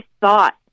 thought